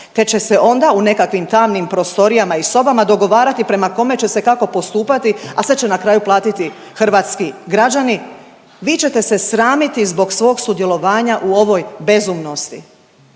te će se onda u nekakvim tamnim prostorijama i sobama dogovarati prema kome će se kako postupati, a sve će na kraju platiti hrvatski građani. Vi ćete se sramiti zbog svog sudjelovanja u ovoj bezumnosti,